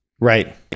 Right